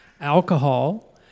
alcohol